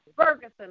Ferguson